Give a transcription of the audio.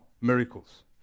miracles